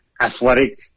athletic